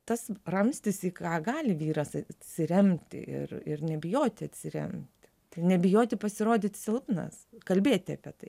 tas ramstis į ką gali vyras atsiremti ir ir nebijoti atsiremti nebijoti pasirodyti silpnas kalbėti apie tai